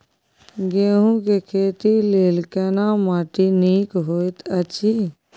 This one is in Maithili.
गेहूँ के खेती लेल केना माटी नीक होयत अछि?